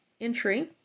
entry